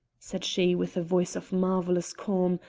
said she with a voice of marvellous calm,